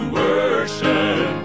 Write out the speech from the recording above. worship